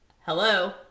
hello